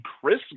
Chris